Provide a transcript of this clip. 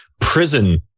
prison